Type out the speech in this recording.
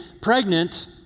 pregnant